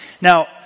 Now